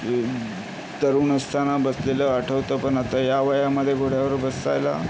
तरुण असताना बसलेलं आठवतं पण आता ह्या वयामध्ये घोड्यावर बसायला